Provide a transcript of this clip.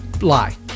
lie